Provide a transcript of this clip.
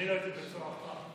אני לא הייתי בבית סוהר אף פעם.